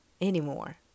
anymore